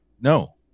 No